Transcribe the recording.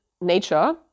nature